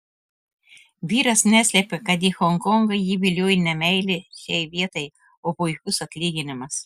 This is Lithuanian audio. vyras neslepia kad į honkongą jį vilioja ne meilė šiai vietai o puikus atlyginimas